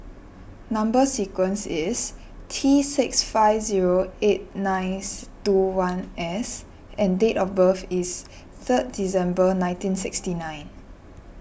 Number Sequence is T six five zero eight nice two one S and date of birth is third December nineteen sixty nine